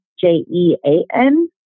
J-E-A-N